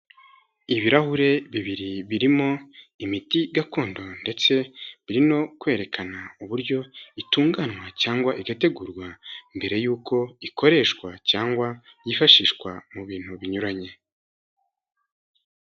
Ibirahure bibiri birimo imiti gakondo ndetse biri no kwerekana uburyo itunganywa cyangwa igategurwa mbere yuko ikoreshwa cyangwa yifashishwa mu bintu binyuranye.